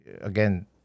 Again